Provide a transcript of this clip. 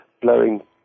blowing